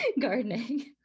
gardening